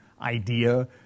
idea